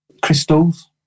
crystals